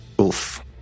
Oof